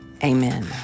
Amen